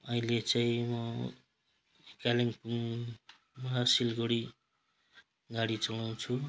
अहिले चाहिँ कालिम्पोङमा सिलगडी गाडी चलाउँछु